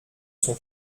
son